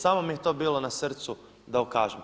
Samo mi je to bilo na srcu da ukažem.